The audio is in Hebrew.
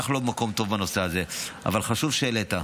אנחנו לא במקום טוב בנושא הזה, אבל חשוב שהעלית.